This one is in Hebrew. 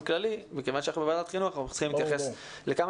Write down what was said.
כללי מכיוון שאנחנו בוועדת חינוך אנחנו צריכים להתייחס לכמה